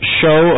show